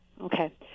Okay